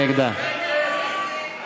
מי נגדה?